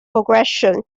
progression